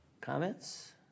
comments